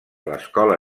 l’escola